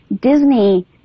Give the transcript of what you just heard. Disney